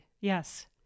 Yes